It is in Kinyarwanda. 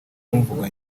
kumvuga